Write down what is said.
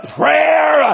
prayer